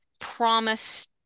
promise